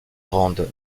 rendent